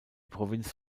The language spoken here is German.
provinz